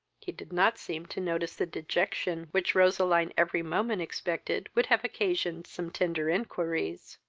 he did not seem to notice the dejection which roseline every moment expected would have occasioned some tender inquiries.